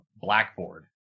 blackboard